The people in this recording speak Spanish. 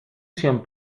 cien